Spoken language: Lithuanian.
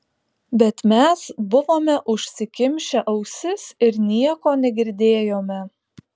bet mes buvome užsikimšę ausis ir nieko negirdėjome